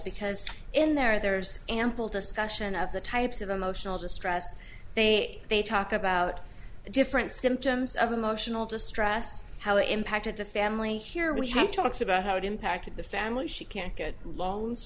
because in there there's ample discussion of the types of emotional distress they they talk about the different symptoms of emotional distress how it impacted the family here when she talks about how it impacted the family she can't get loans